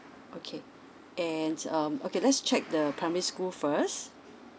okay and um okay let's check the primary school first